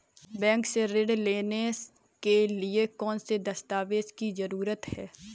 Bank से ऋण लेने के लिए कौन से दस्तावेज की जरूरत है?